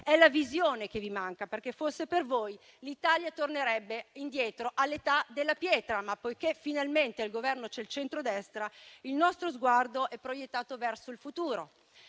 È la visione che vi manca perché, se fosse per voi, l'Italia tornerebbe indietro all'età della pietra; ma, poiché finalmente al Governo c'è il centrodestra, il nostro sguardo è proiettato verso il futuro